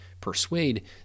persuade